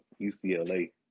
UCLA